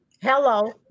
Hello